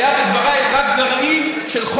היה בדברייך גם איזשהו גרעין של אמת.